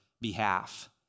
behalf